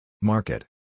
Market